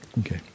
Okay